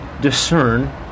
discern